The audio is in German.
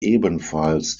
ebenfalls